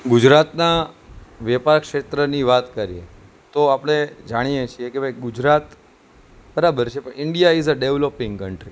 ગુજરાતના વેપાર ક્ષેત્રની વાત કરીએ તો આપણે જાણીએ છીએ કે ભાઈ ગુજરાત બરાબર છે પણ ઈન્ડિયા ઇસ ડેવલોપીંગ કંટ્રી